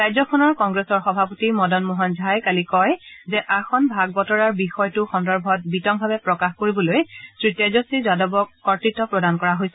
ৰাজ্যখনৰ কংগ্ৰেছৰ সভাপতি মদন মোহন ঝাই কালি কয় যে আসন ভাগ বতৰাৰ বিষয়টো সন্দৰ্ভত বিতং প্ৰকাশ কৰিবলৈ শ্ৰীতেজস্বী যাদৱক কৰ্ত্ত প্ৰদান কৰা হৈছে